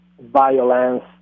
violence